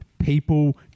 People